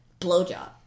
blowjob